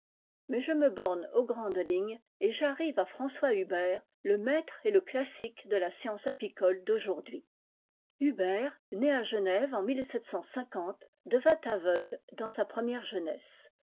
mais je me borne aux grandes lignes et j'arrive à françois huber le maître et le classique de la science apicole d'aujourd'hui huber né à genève en devint aveugle dans sa première jeunesse